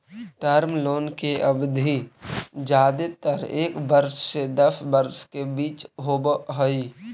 term loan के अवधि जादेतर एक वर्ष से दस वर्ष के बीच होवऽ हई